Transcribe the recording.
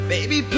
Baby